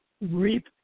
reap